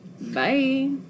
Bye